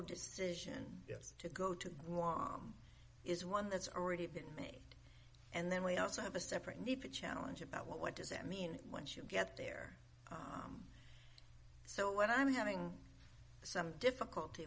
decision to go to law is one that's already been made and then we also have a separate need to challenge about what does it mean once you get there so what i'm having some difficulty